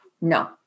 No